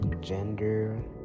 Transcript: gender